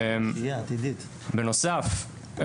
בנוסף,